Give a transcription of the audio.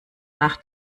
nach